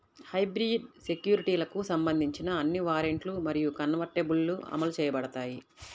hybrid సెక్యూరిటీలకు సంబంధించిన అన్ని వారెంట్లు మరియు కన్వర్టిబుల్లు అమలు చేయబడతాయి